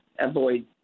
avoid